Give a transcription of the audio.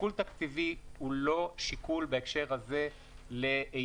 שיקול תקציבי הוא לא שיקול בהקשר הזה להתעלמות